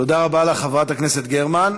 תודה רבה לך, חברת הכנסת גרמן.